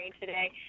today